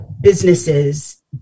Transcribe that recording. businesses